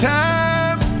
time